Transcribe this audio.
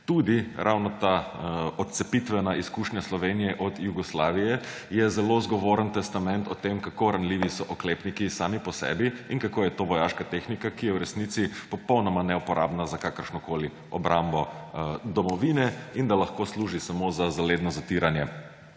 tudi ravno ta odcepitvena izkušnja Slovenije od Jugoslavije je zelo zgovoren testament o tem, kako ranljivi so oklepniki sami po sebi in kako je to vojaška tehnika, ki je v resnici popolnoma neuporabna za kakršnokoli obrambo domovine in da lahko služi samo za zaledno zatiranje